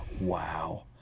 wow